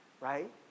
right